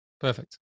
Perfect